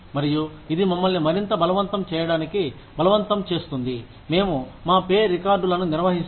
మరియు ఇది మమ్మల్ని మరింత బలవంతం చేయడానికి బలవంతం చేస్తుంది మేము మా పే రికార్డులను నిర్వహిస్తాం